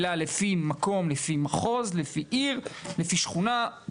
אלא לפי מקום, לפי מחוז, לפי עיר, לפי שכונה.